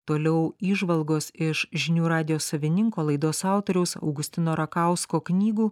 toliau įžvalgos iš žinių radijo savininko laidos autoriaus augustino rakausko knygų